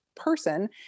person